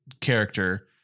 character